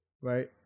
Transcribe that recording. right